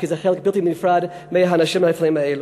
כי הם חלק בלתי נפרד מהאנשים הנפלאים האלו.